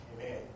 Amen